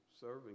serving